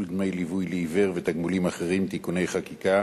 דמי ליווי לעיוור ותגמולים אחרים (תיקוני חקיקה),